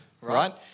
right